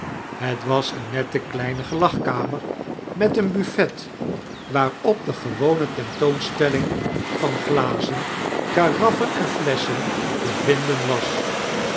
het was eene mette ktedtnie gelagkameir met een buffet waaiiop de gewome temtoonsteilmng van glazen karaffen en fliessohen te vinden was